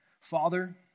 Father